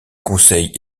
conseil